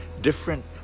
different